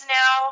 now